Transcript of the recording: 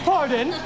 Pardon